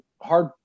hard